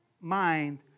mind